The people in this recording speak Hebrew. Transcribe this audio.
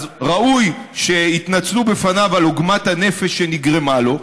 אז ראוי שיתנצלו בפניו על עוגמת הנפש שנגרמה לו,